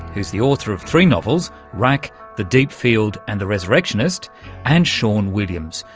who's the author of three novels, wrack, the deep field and the resurrectionist and sean williams,